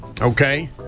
okay